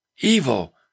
evil